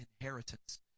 inheritance